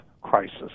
crisis